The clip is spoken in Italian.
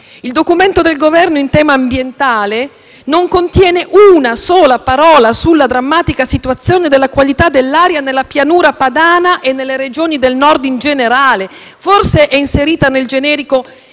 Il documento del Governo in tema ambientale non contiene una sola parola sulla drammatica situazione della qualità dell'aria nella Pianura padana e nelle Regioni del Nord in generale; forse è inserita nella voce